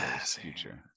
future